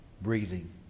breathing